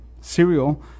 cereal